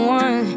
one